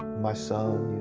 my son,